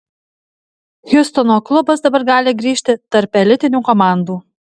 hjustono klubas dabar gali grįžti tarp elitinių komandų